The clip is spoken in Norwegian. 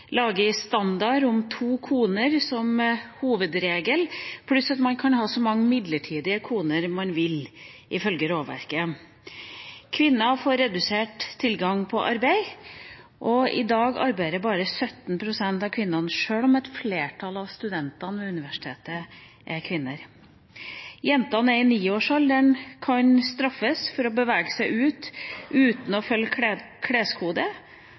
standard med to koner som hovedregel, pluss at en mann kan ha så mange midlertidige koner han vil, ifølge lovverket. Kvinner får redusert tilgang på arbeid. I dag arbeider bare 17 pst. av kvinnene, sjøl om et flertall av studentene ved universitetene er kvinner. Jenter ned til niårsalderen kan straffes for å bevege seg ute uten å følge